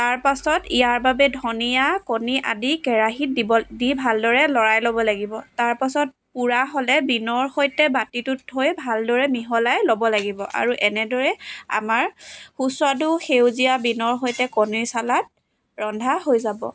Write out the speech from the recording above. তাৰপাছত ইয়াৰ বাবে ধনিয়া কণী আদি কেৰাহিত দিব দি ভালদৰে লৰাই ল'ব লাগিব তাৰপাছত পূৰা হ'লে বীনৰ সৈতে বাতিটোত থৈ ভালদৰে মিহলাই ল'ব লাগিব আৰু এনেদৰে আমাৰ সুস্বাদু সেউজীয়া বীনৰ সৈতে কণীৰ ছালাদ ৰন্ধা হৈ যাব